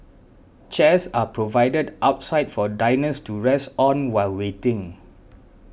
chairs are provided outside for diners to rest on while waiting